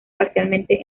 parcialmente